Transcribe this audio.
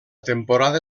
temporada